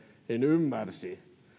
ymmärsi